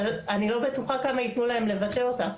אבל אני לא בטוחה כמה ייתנו להם לבטא אותה.